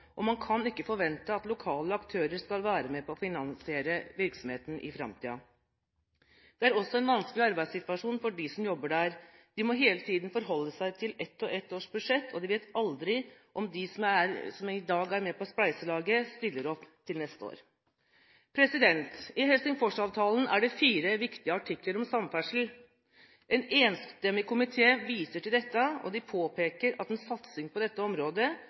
og man kan ikke forvente at lokale aktører skal være med på å finansiere virksomheten i framtiden. Det er også en vanskelig arbeidssituasjon for dem som jobber der. De må hele tiden forholde seg til et og et års budsjett, og de vet aldri om de som i dag er med på spleiselaget, stiller opp til neste år. I Helsingforsavtalen er det fire viktige artikler om samferdsel. En enstemmig komité viser til dette, og påpeker at en satsing på dette området,